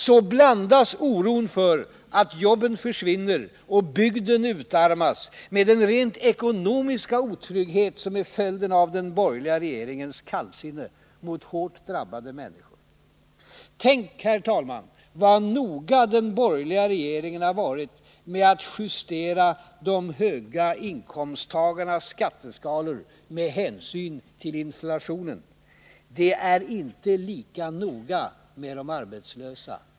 Så blandas oron för att jobben försvinner och bygden utarmas med den rent ekonomiska otryggheten, som är följden av den borgerliga regeringens kallsinne mot hårt drabbade människor. Tänk vad noga den borgerliga regeringen har varit med att justera de höga inkomsttagarnas skatteskalor med hänsyn till inflationen! Det är inte lika noga med de arbetslösa.